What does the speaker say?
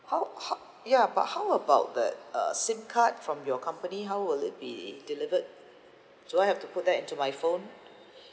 how how ya but how about that uh SIM card from your company how will it be delivered do I have to put that into my phone